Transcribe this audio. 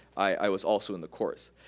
i was also in the course.